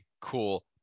Cool